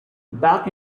back